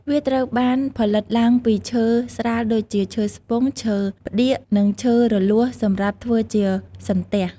វាត្រូវបានផលិតឡើងពីឈើស្រាលដូចជា ឈើស្ពង់ ឈើផ្ដៀក និងឈើរលួសសំរាប់ធ្វើជាសន្ទះ។